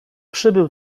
przybył